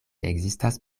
ekzistas